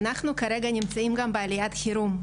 אנחנו כרגע נמצאים גם בעליית חירום,